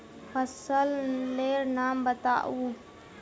फसल लेर नाम बाताउ?